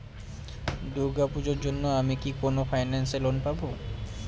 দূর্গা পূজোর জন্য আমি কি কোন ফাইন্যান্স এ লোন পাবো?